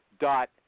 dot